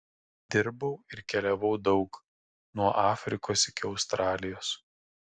dirbau ir keliavau daug nuo afrikos iki australijos